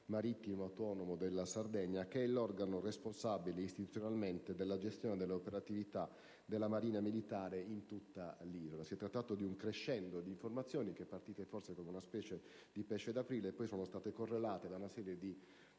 marittimo autonomo della Sardegna, organo istituzionalmente responsabile della gestione e dell'operatività della Marina militare in tutta l'isola. Si è trattato di un crescendo di informazioni che, partite forse come una specie di pesce d'aprile, poi sono state corredate da una serie di